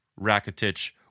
Rakitic